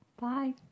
bye